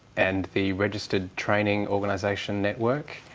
and the registered training organisation network.